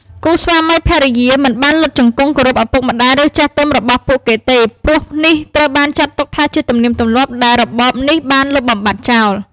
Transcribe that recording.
គូស្វាមីភរិយាមិនបានលុតជង្គង់គោរពឪពុកម្តាយឬចាស់ទុំរបស់ពួកគេទេ ព្រោះនេះត្រូវបានចាត់ទុកថាជាទំនៀមទម្លាប់ដែលរបបនេះបានលុបបំបាត់ចោល។